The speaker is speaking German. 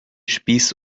spieß